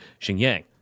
Xinjiang